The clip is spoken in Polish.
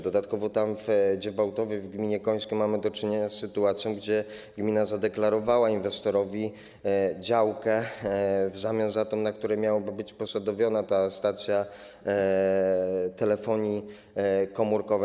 Dodatkowo w Dziebałtowie w gminie Końskie mamy do czynienia z sytuacją, że gmina zadeklarowała inwestorowi działkę w zamian za tę, na której miałaby być posadowiona ta stacja telefonii komórkowej.